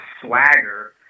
swagger